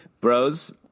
bros